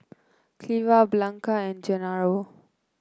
Cleva Blanca and Genaro